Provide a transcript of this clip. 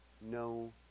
no